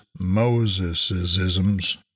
Mosesisms